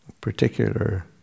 particular